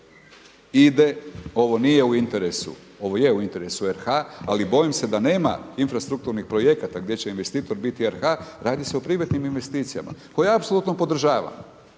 ide ovo nije u interesu, ovo je u interesu RH, ali bojim se da nema infrastrukturnih projekata gdje će investitor biti RH, radi se o privatnim investicijama koje apsolutno podržavam.